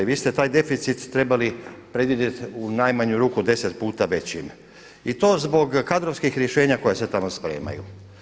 Vi ste taj deficit trebali predvidjeti u najmanjem ruku 10 puta većim i to zbog kadrovskih rješenja koje se tamo spremaju.